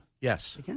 Yes